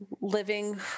living